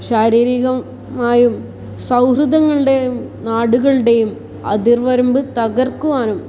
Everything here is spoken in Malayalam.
ശാരീരികമായും സൗഹൃദങ്ങളുടെയും നാടുകളുടെയും അതിർവരമ്പ് തകർക്കുവാനും